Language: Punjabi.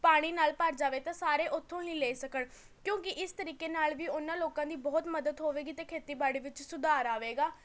ਪਾਣੀ ਨਾਲ ਭਰ ਜਾਵੇ ਤਾਂ ਸਾਰੇ ਉੱਥੋਂ ਹੀ ਲੈ ਸਕਣ ਕਿਉਂਕਿ ਇਸ ਤਰੀਕੇ ਨਾਲ ਵੀ ਉਹਨਾਂ ਲੋਕਾਂ ਦੀ ਬਹੁਤ ਮਦਦ ਹੋਵੇਗੀ ਅਤੇ ਖੇਤੀਬਾੜੀ ਵਿੱਚ ਸੁਧਾਰ ਆਵੇਗਾ